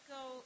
go